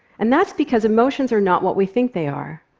and that's because emotions are not what we think they are.